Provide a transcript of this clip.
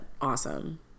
awesome